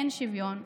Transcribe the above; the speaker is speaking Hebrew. אין שוויון,